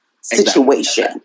situation